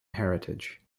heritage